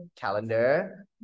calendar